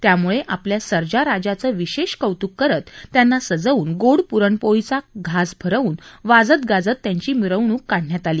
त्यामुळे आपल्या सर्जा राजांचं विशेष कौतुक करत त्यांना सजवून गोड प्रणपोळीचा खास भरवून वाजत गाजत मिरवणुका काढण्यात येत आल्या